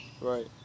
right